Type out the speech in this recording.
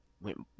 went